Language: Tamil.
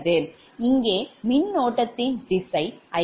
இங்கே மின்னோட்டத்தின் திசை Ik